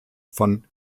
von